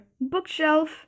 bookshelf